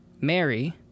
Mary